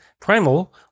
Primal